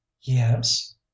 Yes